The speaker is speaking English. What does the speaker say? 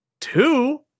two